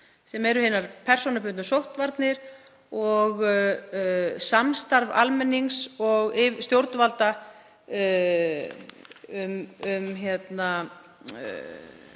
sem eru hinar persónubundnu sóttvarnir og samstarf almennings og stjórnvalda um